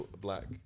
black